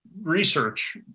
research